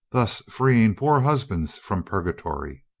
thus freeing poor husbands from purgatory.